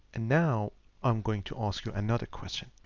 and now i'm going to ask you another question.